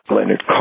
Leonard